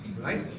Right